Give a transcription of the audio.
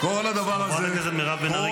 -- כל הדבר הזה --- חברת הכנסת מירב בן ארי,